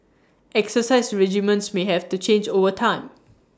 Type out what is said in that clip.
exercise regimens may have to change over time